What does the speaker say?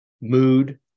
mood